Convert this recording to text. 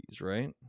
right